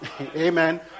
Amen